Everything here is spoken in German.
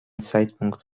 zeitpunkt